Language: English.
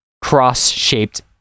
cross-shaped